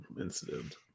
incident